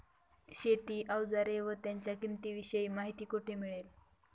शेती औजारे व त्यांच्या किंमतीविषयी माहिती कोठे मिळेल?